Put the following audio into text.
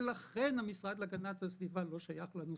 ולכן המשרד להגנת הסביבה לא שייך לנושא.